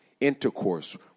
intercourse